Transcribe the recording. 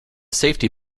safety